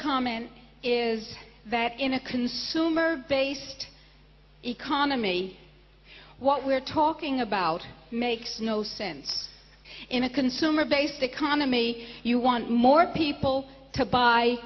comment is that in a consumer based economy what we're talking about makes no sense in a consumer based economy you want more people to buy